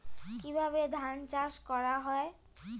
কিভাবে ধান চাষ করা হয়?